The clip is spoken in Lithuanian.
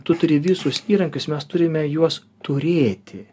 tu turi visus įrankius mes turime juos turėti